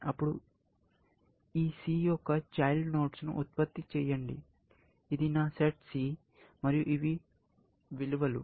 అప్పుడు ఈ c యొక్క చైల్డ్ నోడ్స్ ను ఉత్పత్తి చేయండి ఇది నా సెట్ C మరియు ఇవి విలువలు